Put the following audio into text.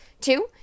Two